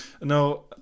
no